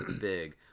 big